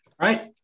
right